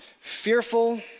Fearful